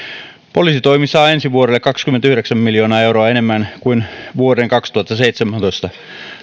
poliisitoimi saa ensi vuodelle kaksikymmentäyhdeksän miljoonaa euroa enemmän kuin vuoden kaksituhattaseitsemäntoista